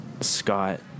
Scott